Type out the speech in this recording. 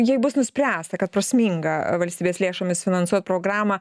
jei bus nuspręsta kad prasminga valstybės lėšomis finansuot programą